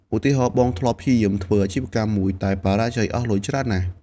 ឧទាហរណ៍ បងធ្លាប់ព្យាយាមធ្វើអាជីវកម្មមួយ តែបរាជ័យអស់លុយច្រើនណាស់។